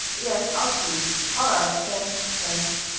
yes, i'll see. all right, thanks. thanks.